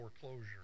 foreclosure